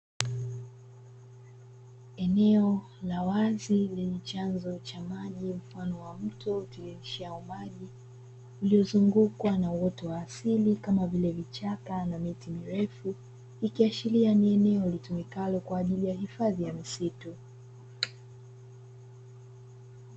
Eneo la wazi lenye chanzo cha maji mfano wa mto utiririshao maji, iliyozunguukwa na uoto wa asili kama vile vichaka na miti mirefu, ikiashiria ni eneo litumikalo kwa ajili ya hifadhi ya msitu.